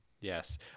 Yes